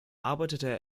arbeitete